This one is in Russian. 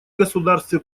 государстве